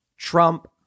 Trump